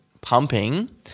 pumping